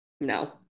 no